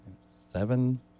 Seven